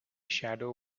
shadow